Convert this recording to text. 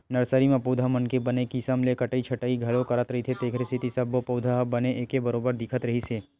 nursery म पउधा मन के बने किसम ले कटई छटई घलो करत रहिथे तेखरे सेती सब्बो पउधा ह बने एके बरोबर दिखत रिहिस हे